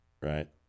Right